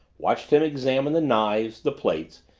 watched him examine the knives, the plates,